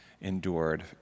endured